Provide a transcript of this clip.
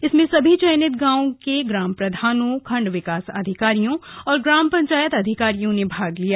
इसमें सभी चयनित गांवों के ग्राम प्रधानों खंड विकास अधिकारियों वीडीओ और ग्राम पंचायत अधिकारियों ने भाग लिया